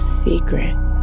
secret